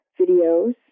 videos